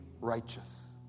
righteous